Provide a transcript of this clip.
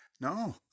no